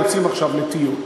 יוצאים עכשיו לטיול.